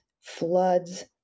floods